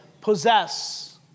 Possess